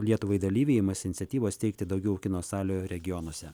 lietuvai dalyviai imasi iniciatyvos steigti daugiau kino salių regionuose